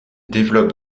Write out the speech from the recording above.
développe